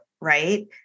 right